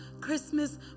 Christmas